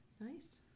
Nice